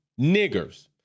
niggers